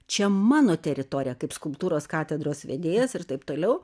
čia mano teritorija kaip skulptūros katedros vedėjas ir taip toliau